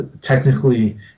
technically